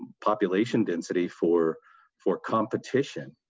population density, for for competition.